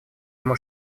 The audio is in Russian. ему